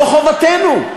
זו חובתנו.